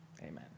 Amen